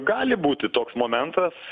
gali būti toks momentas